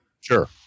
Sure